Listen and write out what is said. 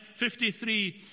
53